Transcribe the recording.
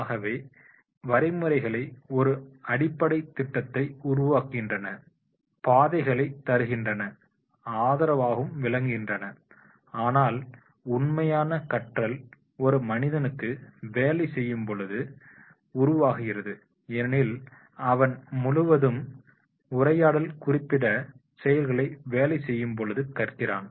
ஆகவே வரைமுறைகள் ஒரு அடிப்படை திட்டத்தை உருவாக்குகின்றன பாதைகளை தருகின்றன ஆதரவாகவும் விளங்குகின்றன ஆனால் உண்மையான கற்றல் ஒரு மனிதனுக்கு வேலை செய்யும்பொழுது உருவாகுகிறது ஏனெனில் அவன் முழுவதுமாக உரையாடல் குறிப்பிட்ட செயல்களை வேலை செய்யும்பொழுது கற்கிறான்